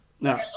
no